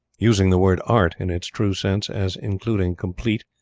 using the word art in its true sense as including complete,